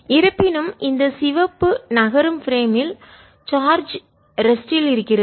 இருப்பினும் இந்த சிவப்பு நகரும் பிரேமில் சட்டகத்தில் சார்ஜ் ரெஸ்ட் டில்நிலையாக இருக்கிறது